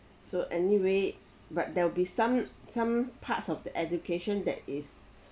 so anyway but there'll be some some parts of the education that is